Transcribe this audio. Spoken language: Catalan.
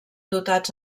dotats